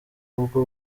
ubwo